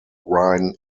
rhine